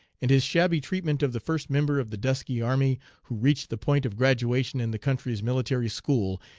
and his shabby treatment of the first member of the dusky army who reached the point of graduation in the country's military school,